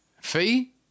fee